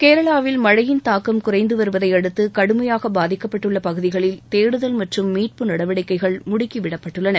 கேரளாவில் மழையின் தாக்கம் குறைந்து வருவதையடுத்து கடுமையாக பாதிக்கப்பட்டுள்ள பகுதிகளில் தேடுதல் மற்றும் மீட்பு நடவடிக்கைகள் முடுக்கி விடப்பட்டுள்ளன